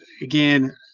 Again